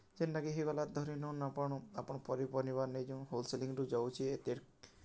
ଯେନ୍ଟାକି ହେଇଗଲା ଧରିନେଉନ୍ ଆପଣ୍ ଆପଣ୍ ପନିପରିବା ନେଇଯାଉନ୍ ହୋଲ୍ସେଲିଂରୁ ଯାଉଛେ